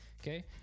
okay